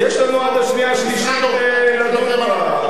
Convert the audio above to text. יש לנו עד השנייה-שלישית לדון בחוק.